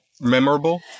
memorable